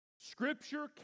Scripture